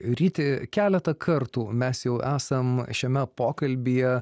ryti keletą kartų mes jau esam šiame pokalbyje